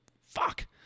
Fuck